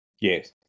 Yes